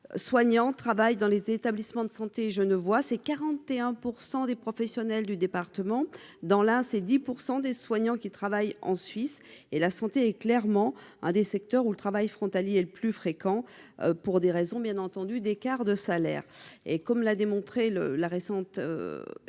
soignants travaillent dans les établissements de santé genevois, soit 41 % des professionnels du département. Dans l'Ain, 10 % des soignants travaillent en Suisse. La santé est clairement un des secteurs où le travail frontalier est le plus fréquent, pour des raisons évidentes d'écart de salaire. Comme l'a démontré la récente étude